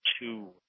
two